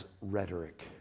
Rhetoric